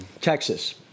Texas